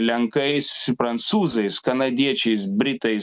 lenkais prancūzais kanadiečiais britais